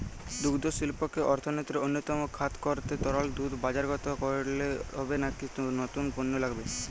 দুগ্ধশিল্পকে অর্থনীতির অন্যতম খাত করতে তরল দুধ বাজারজাত করলেই হবে নাকি নতুন পণ্য লাগবে?